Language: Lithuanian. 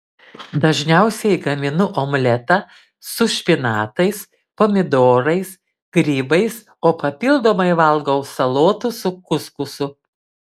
dažniausiai gaminu omletą su špinatais pomidorais grybais o papildomai valgau salotų su kuskusu